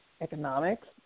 economics